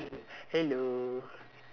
hello